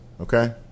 okay